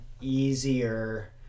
easier